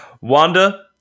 Wanda